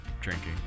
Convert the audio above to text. drinking